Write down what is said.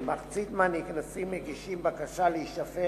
כמחצית הנקנסים מגישים בקשה להישפט